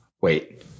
Wait